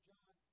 John